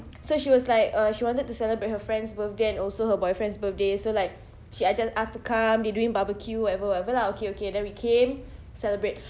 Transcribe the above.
so she was like uh she wanted to celebrate her friend's birthday and also her boyfriend's birthday so like she ah just ask to come they doing barbecue whatever whatever lah okay okay then we came celebrate